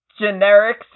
generic